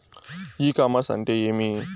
ఇ commerce అంటే ఏమి?